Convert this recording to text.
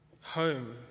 home